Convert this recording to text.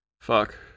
Fuck